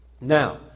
now